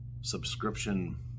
subscription